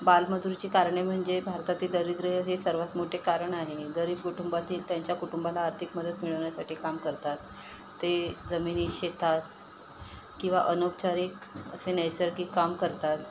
बालमजुरीची कारणे म्हणजे भारतातील दारिद्र्य हे सर्वात मोठे कारण आहे गरीब कुटुंबातील त्यांच्या कुटुंबाला आर्थिक मदत मिळवण्यासाठी काम करतात ते जमीनी शेतात किंवा अनौपचारिक असे नैसर्गिक काम करतात